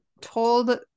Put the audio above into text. told